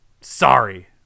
sorry